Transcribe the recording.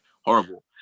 horrible